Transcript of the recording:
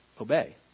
obey